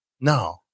No